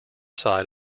side